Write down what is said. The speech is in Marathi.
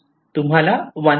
तुम्हाला 1